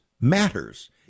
matters